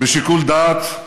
בשיקול דעת,